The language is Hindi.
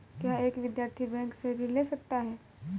क्या एक विद्यार्थी बैंक से ऋण ले सकता है?